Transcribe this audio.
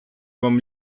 вам